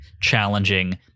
challenging